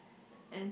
and